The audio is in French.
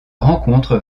rencontre